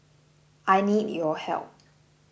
I need your help